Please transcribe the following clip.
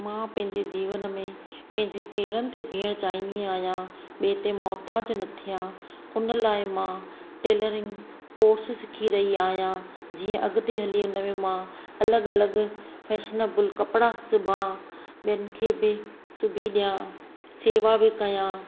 मां पंहिंजे जीवन में पंहिंजे पेरनि ते बीहणु चाहींदी आहियां ॿिएं ते मोहताज न थिया हुन लाइ मां टेलरिंग कोर्स सिखी रही आहियां जीअं अॻिते हली हुन में मां अलॻि अलॻि फ़ेशन गुल कपिड़ा सिबा ॿियनि खे बि सिबी ॾिया सेवा बि कया